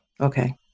Okay